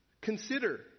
Consider